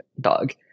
dog